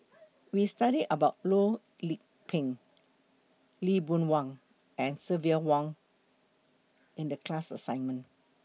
We studied about Loh Lik Peng Lee Boon Wang and Silvia Yong in The class assignment